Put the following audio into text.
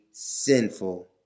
Sinful